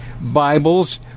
Bibles